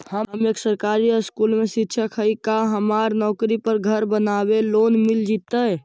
हम एक सरकारी स्कूल में शिक्षक हियै का हमरा नौकरी पर घर बनाबे लोन मिल जितै?